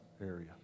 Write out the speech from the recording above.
area